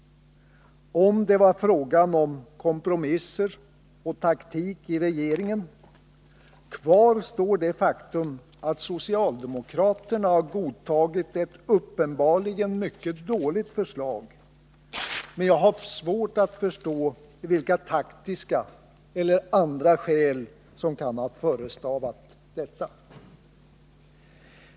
Kvar står det faktum att socialdemokraterna godtagit ett uppenbarligen mycket dåligt förslag. Men jag har svårt att förstå vilka taktiska eller andra skäl som kan ha förestavat detta.